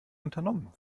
unternommen